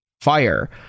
fire